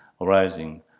arising